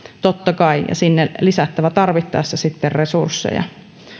totta kai käsiteltävä ja sinne lisättävä tarvittaessa sitten resursseja